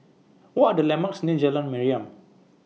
What Are The landmarks near Jalan Mariam